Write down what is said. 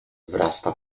wrasta